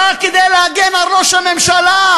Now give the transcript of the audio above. רק כדי להגן על ראש הממשלה,